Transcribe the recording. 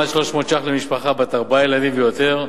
עד 300 שקל למשפחה בת ארבעה ילדים ויותר.